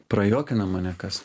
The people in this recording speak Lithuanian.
prajuokina mane kas